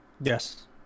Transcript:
Yes